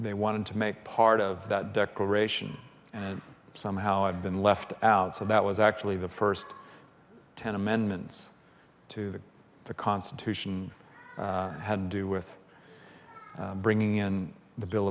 they wanted to make part of that declaration and somehow i've been left out so that was actually the first ten amendments to the constitution had to do with bringing in the bill